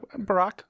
Barack